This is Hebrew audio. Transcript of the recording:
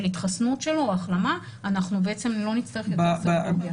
ההתחסנות שלו או ההחלמה אנחנו לא נצטרך יותר סרולוגיה.